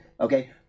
okay